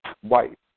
white